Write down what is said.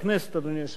אדוני היושב-ראש,